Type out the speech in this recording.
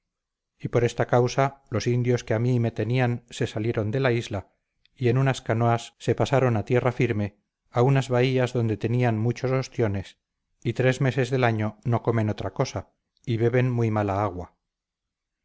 y por esta causa los indios que a mí me tenían se salieron de la isla y en unas canoas se pasaron a tierra firme a unas bahías adonde tenían muchos ostiones y tres meses del año no comen otra cosa y beben muy mala agua